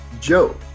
Joe